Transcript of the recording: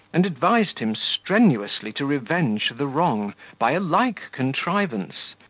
and advised him strenuously to revenge the wrong by a like contrivance,